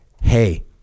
hey